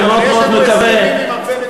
יש לנו הרבה מאוד